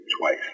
twice